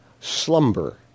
slumber